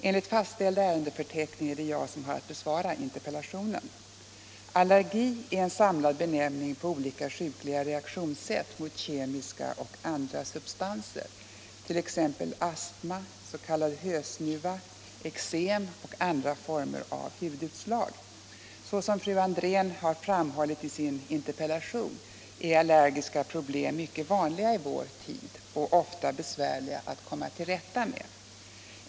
Enligt fastställd ärendefördelning är det jag som har att besvara interpellationen. Såsom fru Andrén har framhållit i sin interpellation är allergiska problem mycket vanliga i vår tid och ofta besvärliga att komma till rätta med.